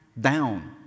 Down